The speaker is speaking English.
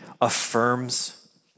affirms